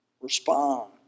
Respond